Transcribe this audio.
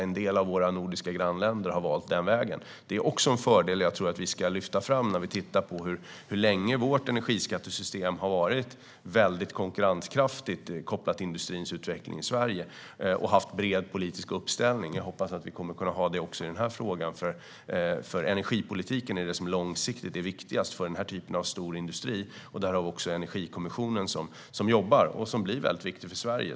En del av våra nordiska grannländer har valt den vägen, och det är en fördel jag tror att vi ska lyfta fram när vi tittar på hur länge vårt energiskattesystem har varit mycket konkurrenskraftigt kopplat till industrins utveckling i Sverige. Vi har haft en bred politisk uppställning, och jag hoppas att vi kommer att kunna ha det även i den här frågan. Energipolitiken är nämligen det som är långsiktigt viktigast för den här typen av stor industri. Där har vi också Energikommissionen som jobbar och blir väldigt viktig för Sverige.